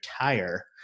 retire